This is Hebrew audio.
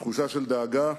בתחושה של דאגה,